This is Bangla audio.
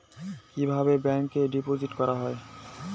কিভাবে ব্যাংকে ডিপোজিট করা হয়?